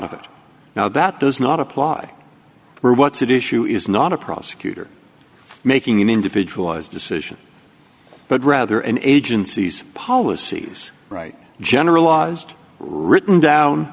of it now that does not apply here what's at issue is not a prosecutor making an individualized decision but rather an agency's policies right generalized written down